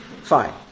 Fine